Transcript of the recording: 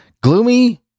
gloomy